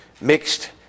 mixed